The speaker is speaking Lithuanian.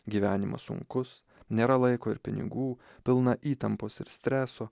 gyvenimas sunkus nėra laiko ir pinigų pilna įtampos ir streso